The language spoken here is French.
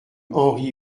henri